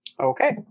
Okay